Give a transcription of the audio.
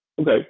Okay